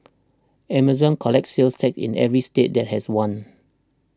Amazon collects sales tax in every state that has one